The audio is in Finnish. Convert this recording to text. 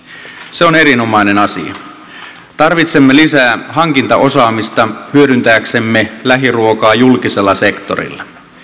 se on erinomainen asia tarvitsemme lisää hankintaosaamista hyödyntääksemme lähiruokaa julkisella sektorilla